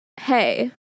hey